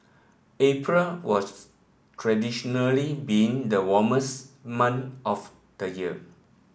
April was traditionally been the warmest month of the year